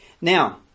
Now